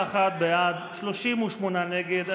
51 בעד, 38 נגד.